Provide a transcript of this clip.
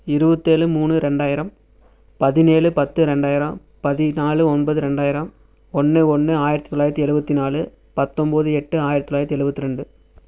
இருபத்தேழு மூணு ரெண்டாயிரம் பதினேழு பத்து ரெண்டாயிரம் பதினாலு ஒன்பது ரெண்டாயிரம் ஒன்று ஒன்று ஆயிரத்தி தொள்ளாயிரத்தி எழுபத்தி நாலு பத்தொம்பது எட்டு ஆயிரத்தி தொள்ளாயிரத்தி எழுபத்தி ரெண்டு